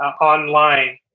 online